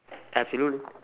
absolutely